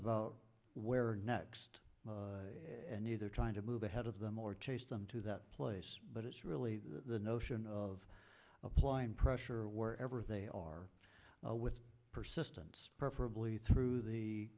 about where next year they're trying to move ahead of them or chase them to that place but it's really the notion of applying pressure wherever they are with persistence preferably through the